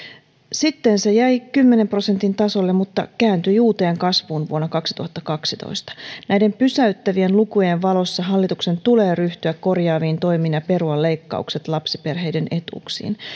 sitten se jäi kymmenen prosentin tasolle mutta kääntyi uuteen kasvuun vuonna kaksituhattakaksitoista näiden pysäyttävien lukujen valossa hallituksen tulee ryhtyä korjaaviin toimiin ja perua leikkaukset lapsiperheiden etuuksiin